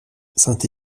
saint